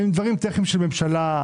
הם דברים טכניים של ממשלה.